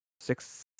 six